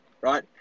right